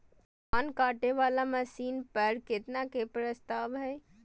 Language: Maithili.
धान काटे वाला मशीन पर केतना के प्रस्ताव हय?